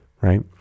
right